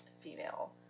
female